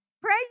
Pray